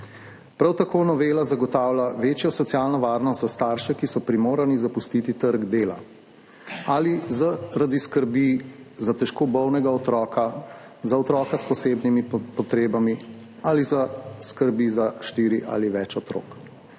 Prav tako novela zagotavlja večjo socialno varnost za starše, ki so primorani zapustiti trg dela zaradi skrbi za težko bolnega otroka, za otroka s posebnimi potrebami ali zaradi skrbi za štiri ali več otrok.